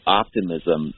optimism